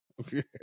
Okay